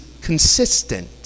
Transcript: consistent